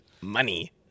Money